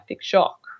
shock